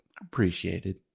appreciated